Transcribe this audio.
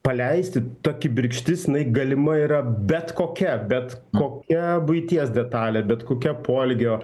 paleisti ta kibirkštis jinai galima yra bet kokia bet kokia buities detalė bet kokia poelgio